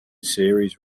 series